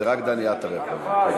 זה רק דני עטר יכול.